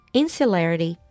insularity